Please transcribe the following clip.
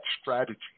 strategy